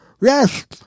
yes